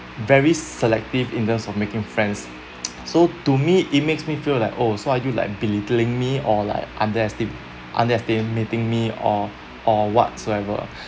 very selective in terms of making friends so to me it makes me feel like oh so are you like belittling me or like underestimating me or or whatsoever